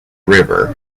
river